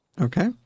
Okay